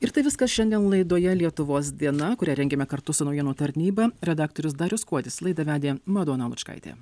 ir tai viskas šiandien laidoje lietuvos diena kurią rengėme kartu su naujienų tarnyba redaktorius darius kuodis laidą vedė madona lučkaitė